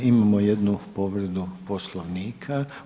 Imamo jednu povredu Poslovnika.